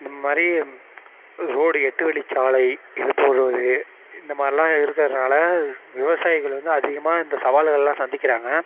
இந்த மாதிரி ரோடு எட்டு வழிச் சாலை இது போடுவது இந்த மாதிரிலாம் இருக்கறதுனால விவசாயிகள் வந்து அதிகமாக இந்த சவால்கள்லாம் சந்திக்கிறாங்க